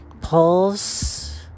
pulse